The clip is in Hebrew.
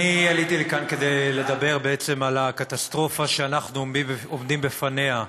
עליתי לכאן כדי לדבר בעצם על הקטסטרופה שאנחנו עומדים בפניה,